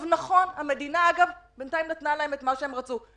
נכון, המדינה בינתיים נתנה להם את מה שהם רצו.